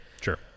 Sure